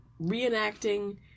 reenacting